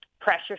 pressure